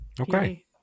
Okay